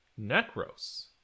Necros